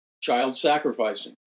child-sacrificing